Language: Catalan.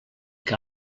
que